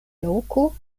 loko